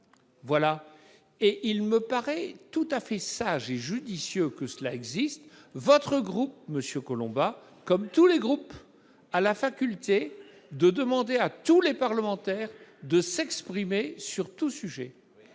Voilà ! Il me paraît tout à fait sage et judicieux que cet usage existe. Votre groupe, monsieur Collombat, comme tous les groupes, a la faculté de demander à tous les parlementaires de s'exprimer sur tout sujet.